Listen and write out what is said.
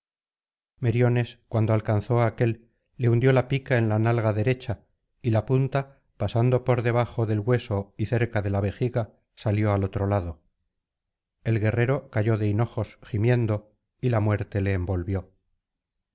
meriones cuando alcanzó á aquél le hundió la pica en la nalga derecha y la punta pasando por debajo del hueso y cerca de la vejiga salió al otro lado el guerrero cayó de hinojos gimiendo y la muerte le envolvió